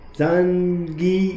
zangi